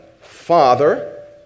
Father